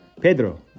Pedro